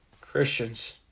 Christians